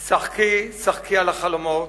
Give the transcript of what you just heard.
"שחקי, שחקי על החלומות,